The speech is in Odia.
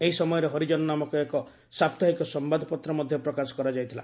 ଏହି ସମୟରେ ହରିଜନ ନାମକ ଏକ ସାପ୍ତାହିକ ସମ୍ବାଦପତ୍ର ମଧ୍ୟ ପ୍ରକାଶ କରାଯାଇଥିଲା